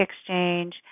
exchange